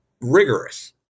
rigorous